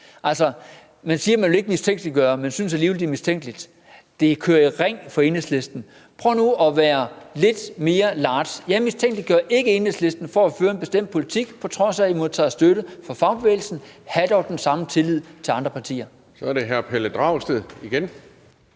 Altså, man siger, at man ikke vil mistænkeliggøre, men man synes alligevel, det er mistænkeligt. Det kører i ring for Enhedslisten. Prøv nu at være lidt mere large. Jeg mistænker ikke Enhedslisten for at føre en bestemt politik, på trods af I modtager støtte fra fagbevægelsen. Hav dog den samme tillid til andre partier. Kl. 14:27 Anden næstformand